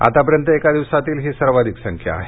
आतापर्यंत एका दिवसातील ही सर्वाधिक संख्या आहे